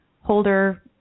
Holder